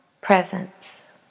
presence